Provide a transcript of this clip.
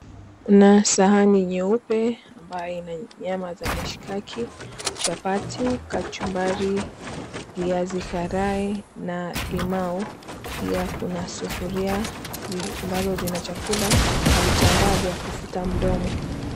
Kuna sahani nyeupe ambayo ina nyama za mishikaki, chapati, kachumbari, viazi karai na limau pia kuna sufuria ziambazo zinachakula na vitamba ya kufuta mdomo.